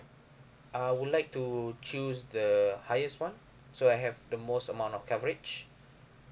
I would like to choose the highest [one] so I have the most amount of coverage